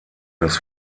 das